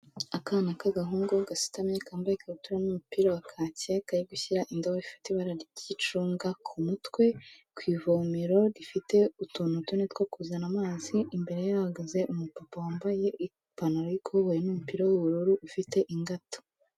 Akana k'agahungu, gasutamye kambaye ikabutura n'umupira wa kake, kari gushyira indobo ifite ibara ry'icunga ku mutwe, ku ivomero, rifite utuntu tune two kuzana amazi, imbere ye hahagaze umupapa wambaye ipantaro y'ikoboyi n'umupira w'ubururu, ufite ingata.